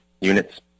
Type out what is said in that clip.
units